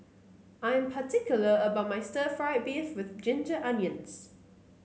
I am particular about my Stir Fried Beef with Ginger Onions